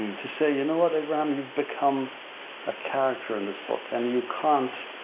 to say, you know what abraham, you've become a character in this book and you can't,